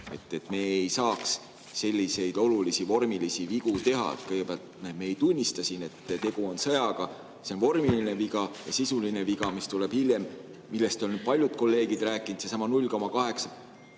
Me ei saa selliseid olulisi vormilisi vigu teha. Kõigepealt me ei tunnista siin, et tegu on sõjaga, see on vormiline viga. Sisuline viga, mis tuleb hiljem ja millest on paljud kolleegid rääkinud, on seesama